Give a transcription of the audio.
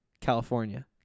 California